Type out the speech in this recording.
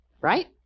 Right